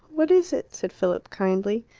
what is it? said philip kindly.